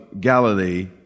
Galilee